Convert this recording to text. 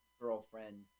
girlfriend